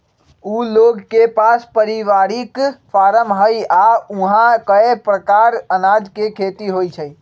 उ लोग के पास परिवारिक फारम हई आ ऊहा कए परकार अनाज के खेती होई छई